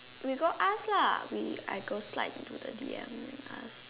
we go ask lah we I go slight into the D_M ask